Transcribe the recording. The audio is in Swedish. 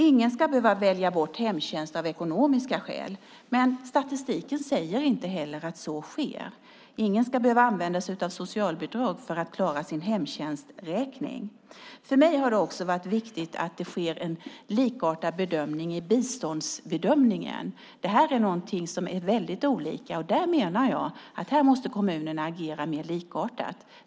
Ingen ska behöva välja bort hemtjänst av ekonomiska skäl, men statistiken säger inte heller att så skulle ske. Ingen ska behöva använda sig av socialbidrag för att klara sin hemtjänsträkning. För mig är det också viktigt att biståndsbedömningen sker på ett likartat sätt. Det här är någonting som är väldigt olika, och där menar jag att kommunerna måste agera mer likartat.